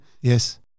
Yes